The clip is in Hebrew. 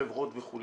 חברות וכו',